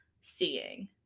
seeing